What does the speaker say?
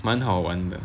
蛮好玩的